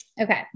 Okay